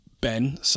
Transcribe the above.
Ben